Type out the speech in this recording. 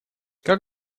как